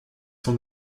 son